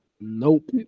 nope